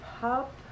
pop